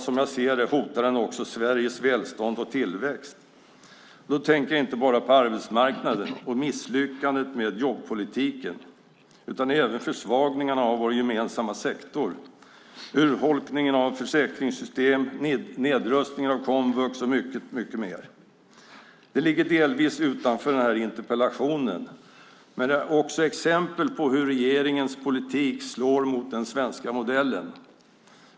Som jag ser det hotar den också Sveriges välstånd och tillväxt. Då tänker jag inte bara på arbetsmarknaden och misslyckandet med jobbpolitiken utan även på försvagningarna av vår gemensamma sektor - urholkningen av försäkringssystemen, nedrustningen av komvux och mycket, mycket mer. Det ligger delvis utanför denna interpellationsdebatt men är exempel på hur regeringens politik slår mot den svenska modellen.